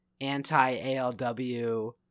anti-ALW